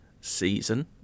season